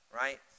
right